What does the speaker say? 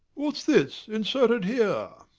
what's this inserted here?